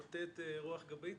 נותנת רוח גבית.